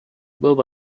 bob